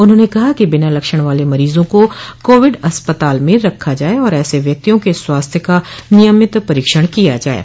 उन्होंने कहा कि बिना लक्षण वाले मरीजों को कोविड अस्पताल में रखा जाये और ऐसे व्यक्तियों के स्वास्थ्य का नियमित परीक्षण किया जाये